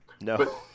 No